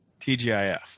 TGIF